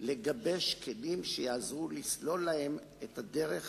לגבש כלים שיעזרו להם לסלול את הדרך